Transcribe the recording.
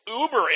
uber